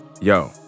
yo